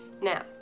Now